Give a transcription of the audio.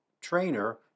trainer